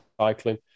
cycling